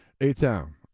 A-Town